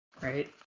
right